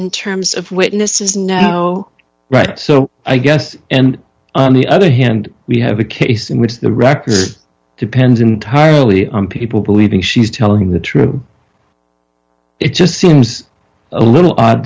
in terms of witnesses no right so i guess and other hand we have a case in which the record depends entirely on people believing she's telling the truth it just seems a little odd